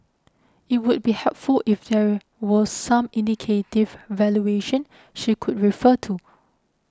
it would be helpful if there were some indicative valuation she could refer to